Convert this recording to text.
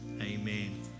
Amen